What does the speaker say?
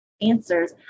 answers